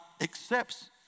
accepts